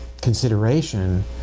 consideration